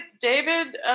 David